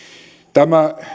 tämä